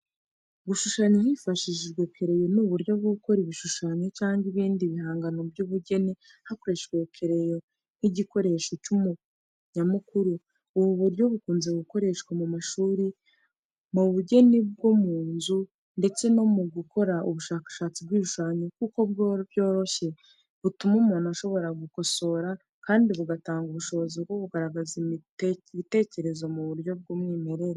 Gushushanya hifashishijwe kereyo ni uburyo bwo gukora ibishushanyo cyangwa ibindi bihangano by’ubugeni hakoreshejwe kereyo (pencil) nk’igikoresho nyamukuru. Ubu buryo bukunze gukoreshwa mu mashuri, mu bugeni bwo mu nzu, ndetse no mu gukora ubushakashatsi bw’ibishushanyo, kuko bworoshye, butuma umuntu ashobora gukosora, kandi bugatanga ubushobozi bwo kugaragaza ibitekerezo mu buryo bw’umwimerere.